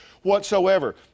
whatsoever